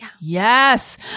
Yes